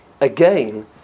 Again